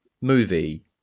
movie